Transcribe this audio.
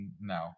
No